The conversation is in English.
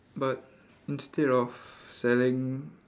but instead of selling